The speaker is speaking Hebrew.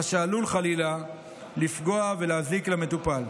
מה שעלול חלילה לפגוע ולהזיק למטופל.